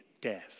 death